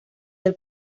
del